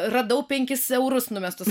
radau penkis eurus numestus